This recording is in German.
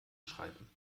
schreiben